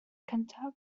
cyntaf